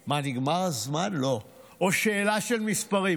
או שאלה של מספרים?